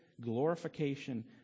glorification